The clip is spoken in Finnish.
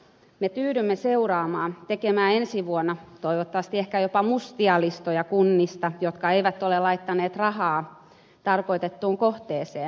me tyydymme seuraamaan tekemään ensi vuonna toivottavasti ehkä jopa mustia listoja kunnista jotka eivät ole laittaneet rahaa tarkoitettuun kohteeseen